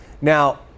Now